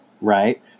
right